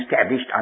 established